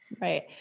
Right